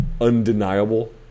undeniable